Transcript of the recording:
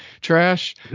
trash